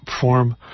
form